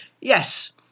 yes